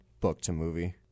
book-to-movie